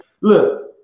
look